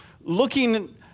looking